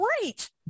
great